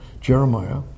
Jeremiah